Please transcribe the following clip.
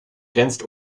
grenzt